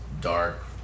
dark